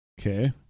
Okay